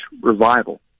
revival